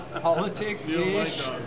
politics-ish